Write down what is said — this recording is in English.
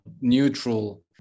neutral